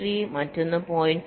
3 മറ്റൊന്ന് 0